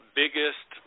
biggest